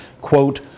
quote